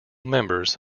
members